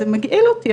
זה מגעיל אותה,